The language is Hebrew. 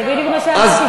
זה בדיוק מה שאמרתי,